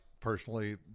personally